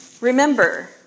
Remember